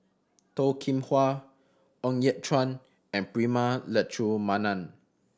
Toh Kim Hwa Ng Yat Chuan and Prema Letchumanan